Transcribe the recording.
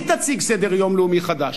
תציג סדר-יום לאומי חדש,